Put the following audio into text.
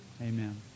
Amen